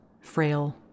frail